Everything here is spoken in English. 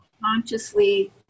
consciously